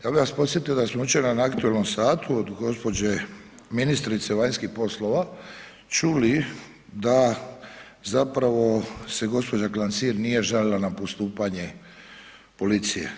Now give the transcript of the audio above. Ja bih vas podsjetio da smo jučer na aktualnom satu od gospođe ministrice vanjskih poslova čuli da zapravo se gospođa Klancir nije žalila na postupanje policije.